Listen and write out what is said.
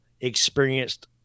experienced